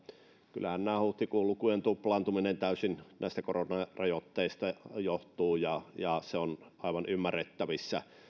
kyllähän tämä huhtikuun lukujen tuplaantuminen täysin näistä koronarajoitteista johtuu ja ja se on aivan ymmärrettävissä